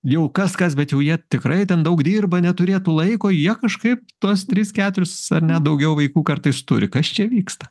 jau kas kas bet jau jie tikrai ten daug dirba neturėtų laiko jie kažkaip tuos tris keturis ar ne daugiau vaikų kartais turi kas čia vyksta